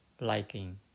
liking